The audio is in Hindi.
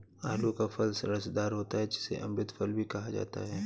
आलू का फल रसदार होता है जिसे अमृत फल भी कहा जाता है